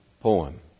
poem